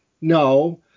no